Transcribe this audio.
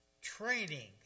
training